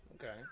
okay